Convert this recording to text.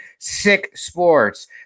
SICKSPORTS